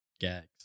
gags